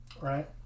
Right